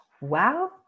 Wow